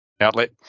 outlet